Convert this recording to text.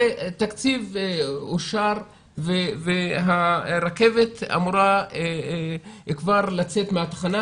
הרי התקציב אושר והרכבת אמורה כבר לצאת מהתחנה